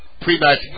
pre-match